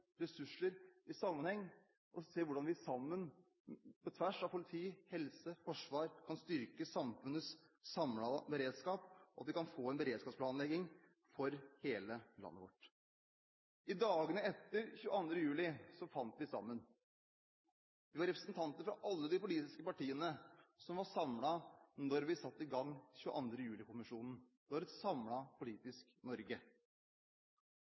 ressurser i sammenheng, og se hvordan vi sammen på tvers av politi, helse og forsvar kan styrke samfunnets samlede beredskap, og at vi kan få en beredskapsplanlegging for hele landet vårt. I dagene etter 22. juli fant vi sammen. Det var representanter fra alle de politiske partiene som var samlet da vi satte i gang 22. juli-kommisjonen – det var et samlet politisk Norge.